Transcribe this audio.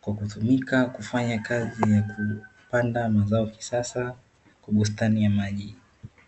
kwa kutumika kufanya kazi ya kupanda mazao kisasa kwa bustani ya maji.